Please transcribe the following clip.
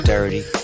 Dirty